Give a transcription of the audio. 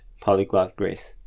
polyglotgrace